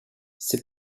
ses